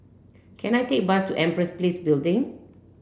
can I take a bus to Empress Place Building